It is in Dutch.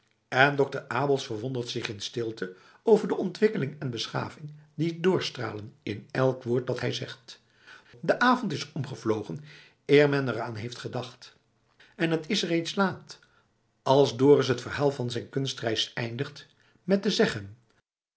en dokter abels verwondert zich in stilte over de ontwikkeling en beschaving die doorstralen in elk woord dat hij zegt de avond is omgevlogen eer men er aan heeft gedacht en t is reeds laat als dorus het verhaal van zijn kunstreis eindigt met te zeggen